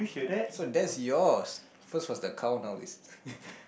so that's yours so it's for the countdown